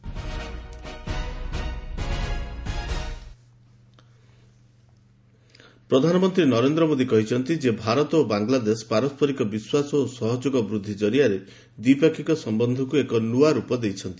PM Bangladesh ପ୍ରଧାନମନ୍ତ୍ରୀ ନରେନ୍ଦ୍ର ମୋଦି କହିଛନ୍ତି ଯେ ଭାରତ ଓ ବ୍ୟଲାଦେଶ ପାରସ୍କରିକ ବିଶ୍ୱାସ ଓ ସହଯୋଗ ବୃଦ୍ଧି ଜରିଆରେ ଦ୍ୱିପାକ୍ଷିକ ସମ୍ଭନ୍ଧକୁ ଏକ ନୂଆ ରୂପ ଦେଇଛନ୍ତି